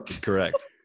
Correct